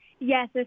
Yes